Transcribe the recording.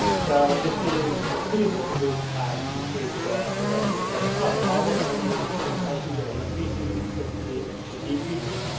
so, this is i think it's just a good use case to figure out because it's like oh, all of a sudden your impressions are increasing, but your click-through rate is decreasing.